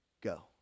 go